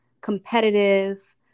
competitive